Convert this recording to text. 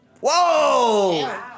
Whoa